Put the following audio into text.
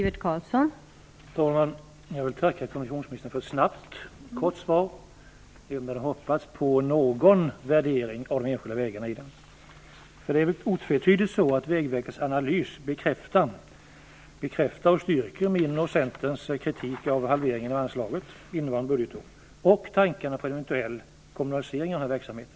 Fru talman! Jag vill tacka kommunikationsministern för ett snabbt, kort svar, även om jag hade hoppats på någon värdering av de enskilda vägarna i det. Det är otvetydigt så att Vägverkets analys bekräftar och styrker min och Centerns kritik av halveringen av anslaget innevarande budgetår och tankarna på en eventuell kommunalisering av denna verksamhet.